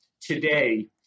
today